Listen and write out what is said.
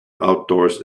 outdoors